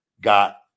got